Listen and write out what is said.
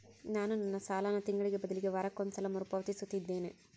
ನಾನು ನನ್ನ ಸಾಲನ ತಿಂಗಳಿಗೆ ಬದಲಿಗೆ ವಾರಕ್ಕೊಂದು ಸಲ ಮರುಪಾವತಿಸುತ್ತಿದ್ದೇನೆ